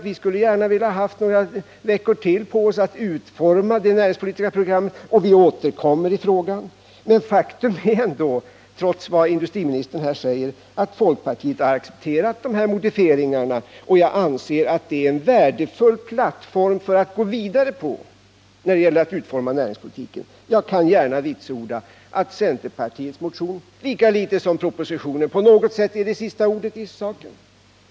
Vi skulle gärna velat ha ytterligare några veckor på oss för att utveckla det näringspolitiska programmet, och vi får väl senare återkomma till riksdagen i frågan. Men det är ändå ett faktum, trots vad industriministern säger, att folkpartiet accepterat dessa modifieringar. Jag anser att det är en värdefull plattform att gå vidare på i näringspolitiken. Jag kan gärna vitsorda att centerpartiets motion inte på något sätt är sista ordet i saken, lika litet som propositionen.